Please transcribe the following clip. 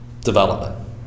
development